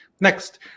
Next